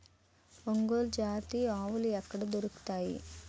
ఒంగోలు జాతి ఆవులు ఎక్కడ దొరుకుతాయి?